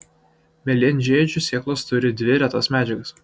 mėlynžiedžių sėklos turi dvi retas medžiagas